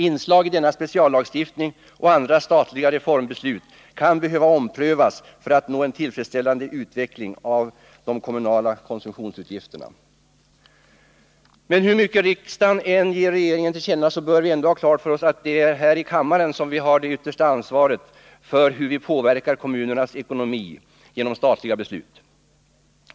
Inslag i denna speciallagstiftning och andra statliga reformbeslut kan behöva omprövas för att vi skall få en tillfredsställande utveckling av de kommunala konsumtionsutgifterna. Men hur mycket riksdagen än ger regeringen till känna bör vi ändå ha klart för oss att vi här i kammaren har det yttersta ansvaret för hur vi påverkar kommunernas ekonomi genom statliga beslut.